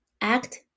act